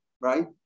right